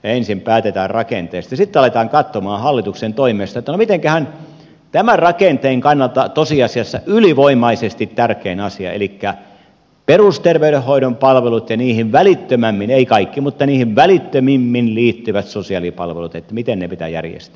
ensin päätetään rakenteesta sitten aletaan katsoa hallituksen toimesta että no mitenkähän tämän rakenteen kannalta tosiasiassa ylivoimaisesti tärkein asia elikkä perusterveydenhoidon palvelut ja niihin välittömimmin ei kaikki mutta niihin välittömimmin liittyvät sosiaalipalvelut miten ne pitää järjestää